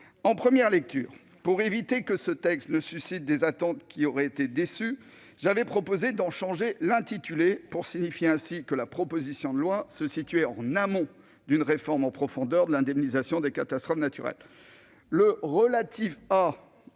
En première lecture, pour éviter que ce texte ne suscite des attentes qui auraient été déçues, j'avais proposé d'en changer l'intitulé, pour signifier que ce texte se situait en amont d'une réforme en profondeur de l'indemnisation des catastrophes naturelles. Le compromis